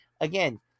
again